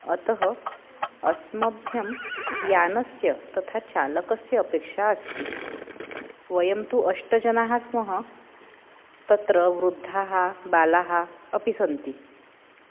अतः अस्मभ्यं यानस्य तथा चालकस्य अपेक्षा अस्ति वयं तु अष्ट जनाः स्मः तत्र वृद्धाः बालाः अपि सन्ति